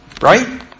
Right